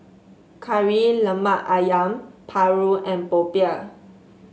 Kari Lemak ayam paru and popiah